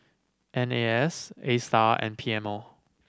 N A S Astar and P M O